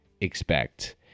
expect